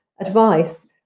advice